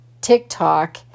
TikTok